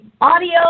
audio